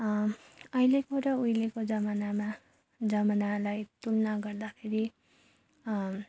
अहिलेको र उहिलेको जमानामा जमानालाई तुलना गर्दाखेरि